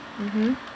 mmhmm